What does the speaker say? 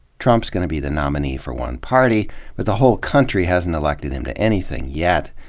trump's gonna be the nominee for one party but the whole country hasn't elected him to anything yet,